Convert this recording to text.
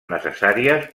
necessàries